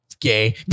gay